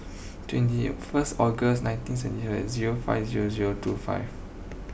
twenty first August nineteen zero five zero zero two five